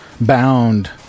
bound